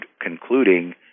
concluding